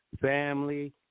Family